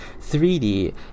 3D